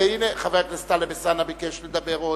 חבר הכנסת טלב אלסאנע ביקש לדבר,